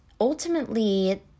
ultimately